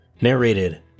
narrated